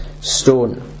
stone